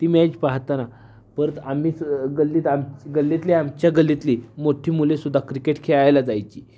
ती मॅच पाहताना परत आम्ही स गल्लीत आम गल्लीतली आमच्या गल्लीतली मोठी मुलेसुद्धा क्रिकेट खेळायला जायची